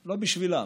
לא בשבילם,